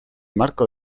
marco